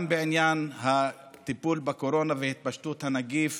גם בעניין הטיפול בקורונה והתפשטות הנגיף